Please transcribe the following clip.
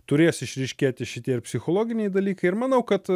turės išryškėti šitie ir psichologiniai dalykai ir manau kad